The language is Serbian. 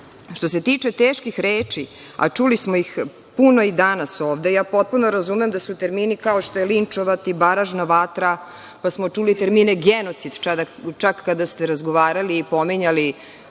se tiče teških reči, a čuli smo ih puno i danas ovde, potpuno razumem da su termini kao što je „linčovati“, „baražna vatra“, pa smo čuli termine „genocid“, čak kada ste razgovarali i pominjali